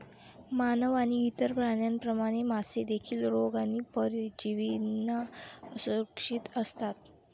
मानव आणि इतर प्राण्यांप्रमाणे, मासे देखील रोग आणि परजीवींना असुरक्षित असतात